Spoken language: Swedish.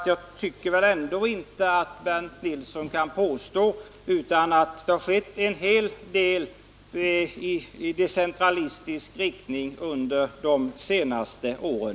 Jag tycker inte att Bernt Nilsson kan påstå annat än att det skett en hel del i decentralistisk riktning under de senaste åren.